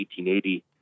1880